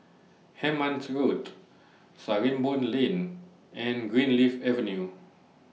Hemmant Road Sarimbun Lane and Greenleaf Avenue